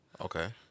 Okay